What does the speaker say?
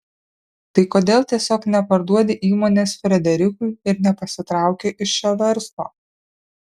tai kodėl tiesiog neparduodi įmonės frederikui ir nepasitrauki iš šio verslo